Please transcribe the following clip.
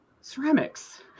Ceramics